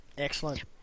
Excellent